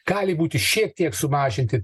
gali būti šiek tiek sumažinti